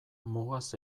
mugaz